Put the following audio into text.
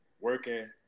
working